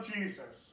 Jesus